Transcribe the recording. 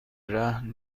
رهن